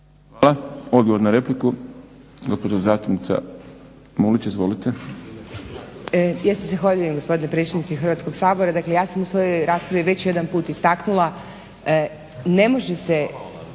Hvala. Odgovor na repliku, gospođa zastupnica Mulić. Izvolite. **Mulić, Melita (SDP)** Ja se zahvaljujem gospodine predsjedniče Hrvatskog sabora. Dakle, ja sam u svojoj raspravi već jedan put istaknula ne može se